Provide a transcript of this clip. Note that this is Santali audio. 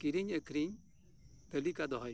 ᱠᱤᱨᱤᱧ ᱟᱹᱠᱷᱨᱤᱧ ᱛᱟᱞᱤᱠᱟ ᱫᱚᱦᱚᱭ ᱢᱮ